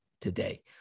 today